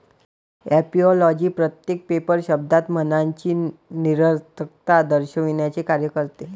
ऍपिओलॉजी प्रत्येक पेपर शब्दात मनाची निरर्थकता दर्शविण्याचे कार्य करते